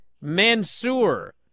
Mansoor